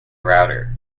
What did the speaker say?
router